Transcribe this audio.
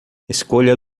escolha